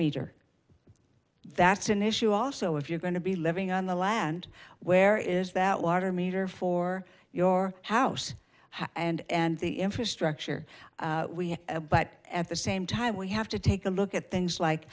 meter that's an issue also if you're going to be living on the last and where is that water meter for your house and the infrastructure but at the same time we have to take a look at things like